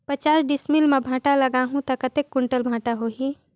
पचास डिसमिल मां भांटा लगाहूं ता कतेक कुंटल भांटा होही?